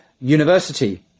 University